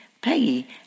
Peggy